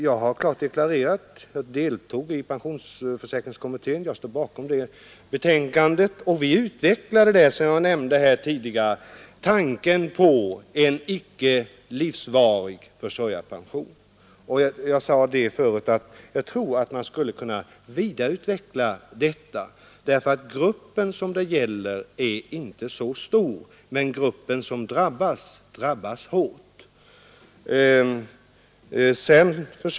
Jag har klart deklarerat att jag som ledamot i pensionsförsäkringskommittén stod bakom det betänkande där vi, som jag nämnde tidigare, utvecklade tanken på en icke livsvarig försörjarpension, Jag sade förut att jag tror att denna tanke skulle kunna vidareutvecklas. Den grupp som det gäller är nämligen inte så stor, men de som det är fråga om drabbas hårt.